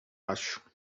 acho